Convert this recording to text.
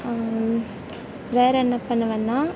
வேறு என்ன பண்ணுவேன்னா